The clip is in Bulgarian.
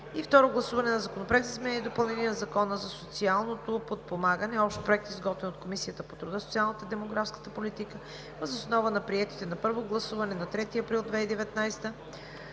Второ гласуване на Законопроекта за изменение и допълнение на Закона за социално подпомагане. Общ проект, изготвен от Комисията по труда, социалната и демографската политика, въз основа на приетите на първо гласуване на 3 април 2019